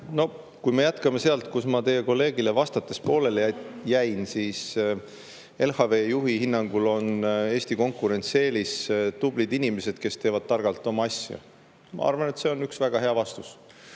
Kui me jätkame sealt, kus ma teie kolleegile vastates pooleli jäin, siis LHV juhi hinnangul on Eesti konkurentsieelis tublid inimesed, kes teevad targalt oma asja. Ma arvan, et see on üks väga hea vastus.